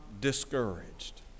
discouraged